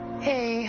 hey